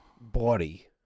body